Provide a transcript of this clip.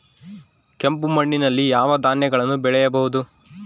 ಕೆಂಪು ಮಣ್ಣಲ್ಲಿ ಯಾವ ಧಾನ್ಯಗಳನ್ನು ಬೆಳೆಯಬಹುದು?